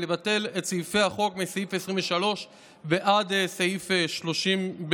והיא לבטל את סעיפי החוק מסעיף 23 ועד סעיף 30(ב).